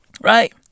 Right